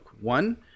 One